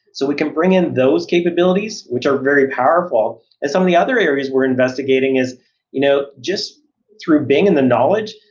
so we can bring in those capabilities, which are very powerful, and some of the other areas we're investigating is you know just through bing and the knowledge,